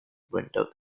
window